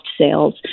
sales